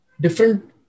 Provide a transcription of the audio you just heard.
different